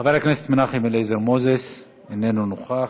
חבר הכנסת מנחם אליעזר מוזס, אינו נוכח,